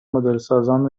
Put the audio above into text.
مدلسازان